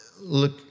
look